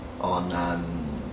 on